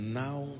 now